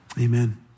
Amen